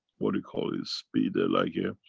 what we call it, speed ah like a.